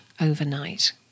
overnight